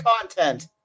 content